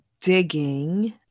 digging